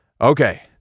Okay